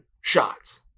shots